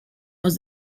was